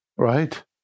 right